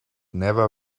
never